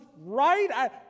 right